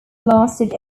lasted